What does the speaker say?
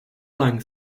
lang